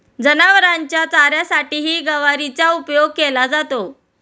जनावरांच्या चाऱ्यासाठीही गवारीचा उपयोग केला जातो